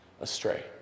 astray